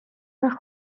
وقت